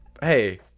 hey